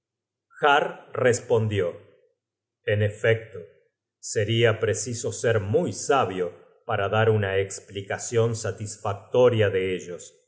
respondió en efecto seria preciso ser muy sabio para dar una esplicacion satisfactoria de ellos